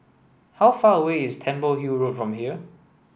how far away is Temple Hill Road from here